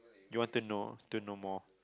you want to know you want to know more